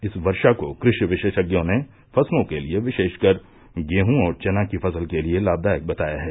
इस वर्षा को कृषि विशेषज्ञों ने फसलों के लिये विशेषकर गेहूँ और चना की फसल के लिये लाभदायक बताया है